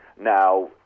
Now